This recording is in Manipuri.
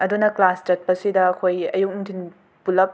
ꯑꯗꯨꯅ ꯀ꯭ꯂꯥꯁ ꯆꯠꯄꯁꯤꯗ ꯑꯩꯈꯣꯏ ꯑꯌꯨꯛ ꯅꯨꯡꯊꯤꯟ ꯄꯨꯂꯞ